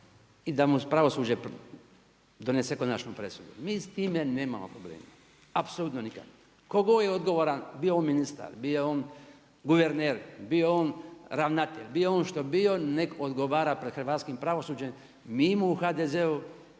i da mu pravosuđe donese konačnu presudu. Mi s tim nemamo problema, apsolutno nikakve. Tko god je odgovora, bio on ministar, bio on guverner, bio on ravnatelj, bio on što bio, nek odgovara pred hrvatskim pravosuđem. Mi mu u HDZ-u,